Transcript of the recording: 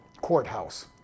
courthouse